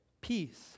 peace